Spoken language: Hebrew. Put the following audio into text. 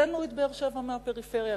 הוצאנו את באר-שבע מהפריפריה,